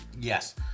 yes